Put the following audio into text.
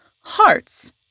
hearts